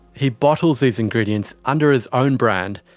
he bottles these ingredients under his own brand,